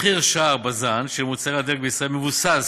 מחיר שער בז"ן של מחירי הדלק בישראל מבוסס